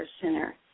center